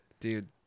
dude